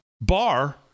bar